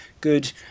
good